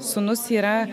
sūnus yra